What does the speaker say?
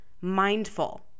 mindful